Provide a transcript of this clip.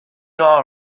all